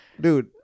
dude